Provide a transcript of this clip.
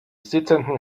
sitzenden